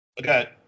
Okay